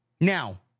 Now